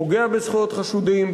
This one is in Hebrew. פוגע בזכויות חשודים,